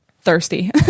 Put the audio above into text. thirsty